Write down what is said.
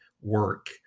work